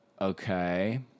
okay